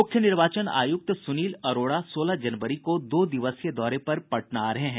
मुख्य निर्वाचन आयुक्त सुनील अरोड़ा सोलह जनवरी को दो दिवसीय दौरे पर पटना आ रहे हैं